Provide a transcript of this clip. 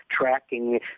tracking